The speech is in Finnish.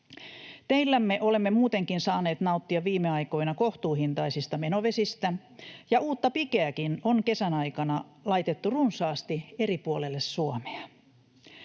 Teillämme olemme muutenkin saaneet nauttia viime aikoina kohtuuhintaisista menovesistä, ja uutta pikeäkin on kesän aikana laitettu runsaasti eri puolille Suomea.